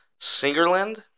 Singerland